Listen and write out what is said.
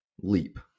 leap